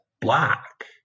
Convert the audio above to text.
black